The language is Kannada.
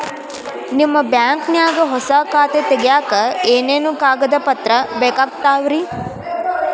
ನಿಮ್ಮ ಬ್ಯಾಂಕ್ ನ್ಯಾಗ್ ಹೊಸಾ ಖಾತೆ ತಗ್ಯಾಕ್ ಏನೇನು ಕಾಗದ ಪತ್ರ ಬೇಕಾಗ್ತಾವ್ರಿ?